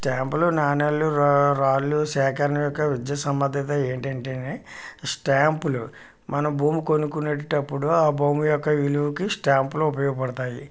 స్టాంపులు నాణేలు రా రాళ్ళు సేకరణ యొక్క విద్యా సంబంధిత ఏమిటి అంటే స్టాంపులు మన భూమి కొనుక్కునేటప్పుడు ఆ భూమి యొక్క విలువకి స్టాంపులు ఉపయోగపడతాయి